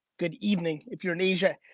good evening if you're in asia.